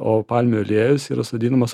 o palmių aliejus yra sodinamas